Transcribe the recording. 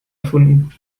erfunden